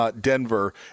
Denver